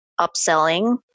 upselling